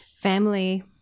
family